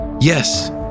Yes